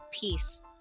peace